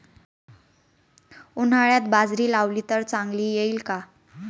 उन्हाळ्यात बाजरी लावली तर चांगली येईल का?